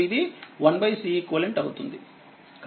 కాబట్టినన్ను శుభ్రం చేయనివ్వండి